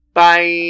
Bye